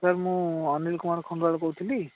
sir ମୁଁ ଅନିଲ୍ କୁମାର ଖଣ୍ଡୁଆଳ କହୁଥିଲି